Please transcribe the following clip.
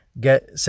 get